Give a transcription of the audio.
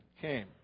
came